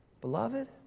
beloved